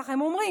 ככה הם אומרים,